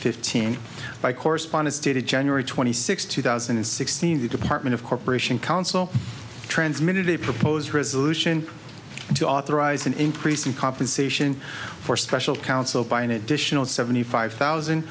fifteen by correspondence dated january twenty sixth two thousand and sixteen the department of corporation counsel transmitted a proposed resolution to authorize an increase in compensation for special counsel by an additional seventy five thousand